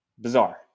Bizarre